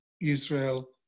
Israel